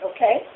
Okay